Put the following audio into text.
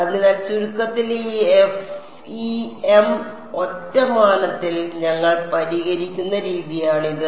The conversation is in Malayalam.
അതിനാൽ ചുരുക്കത്തിൽ ഈ എഫ്ഇഎം ഒറ്റ മാനത്തിൽ ഞങ്ങൾ പരിഹരിക്കുന്ന രീതിയാണിത്